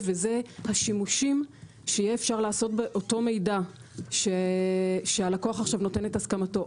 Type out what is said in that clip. וזה השימושים שיהיה אפשר לעשות באותו מידע שהלקוח עכשיו נותן את הסכמתו.